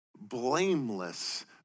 blameless